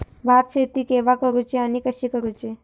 भात शेती केवा करूची आणि कशी करुची?